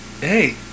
Hey